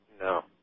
No